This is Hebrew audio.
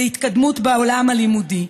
להתקדמות בעולם הלימודי.